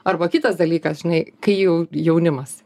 arba kitas dalykas žinai kai jau jaunimas